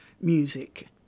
music